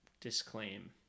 disclaim